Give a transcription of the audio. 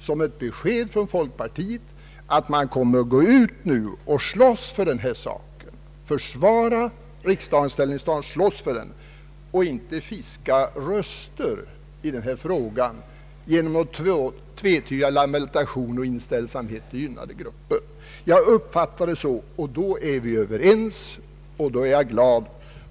som ett besked från folkpartiet att man kommer att gå ut och slåss för denna sak, försvara riksdagens ställningstagande och inte fiska röster i denna fråga genom tvetydig lamentation och inställsamhet till gynnade grupper. Så har jag alltså uppfattat herr Anderssons anförande och då är vi överens.